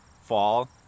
fall